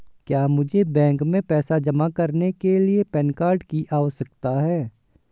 क्या मुझे बैंक में पैसा जमा करने के लिए पैन कार्ड की आवश्यकता है?